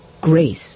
Grace